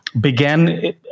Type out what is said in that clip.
began